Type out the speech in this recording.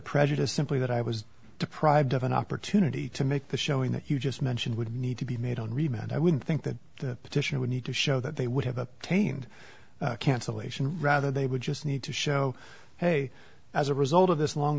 prejudice simply that i was deprived of an opportunity to make the showing that you just mentioned would need to be made on remount i would think that the petition would need to show that they would have a tamed cancellation rather they would just need to show hey as a result of this long